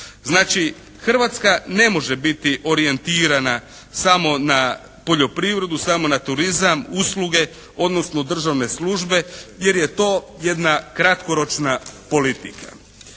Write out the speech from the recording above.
Znači, Hrvatska ne može biti orijentirana samo na poljoprivredu, samo na turizam, usluge, odnosno državne službe jer je to jedna kratkoročna politika.